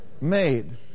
made